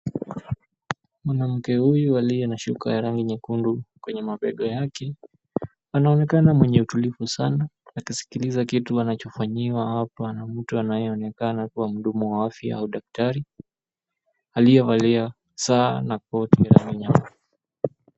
Mwanamke huyu aliye na shuka ya rangi nyekundu kwenye mabega yake anaonekana mwenye utulivu sana akisikiliza kitu anachofanyiwa hapa na mtu anayeonekana kuwa mhudumu wa afya au daktari aliyevalia saa na koti ya rangi nyeupe.